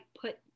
put